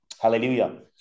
hallelujah